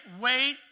wait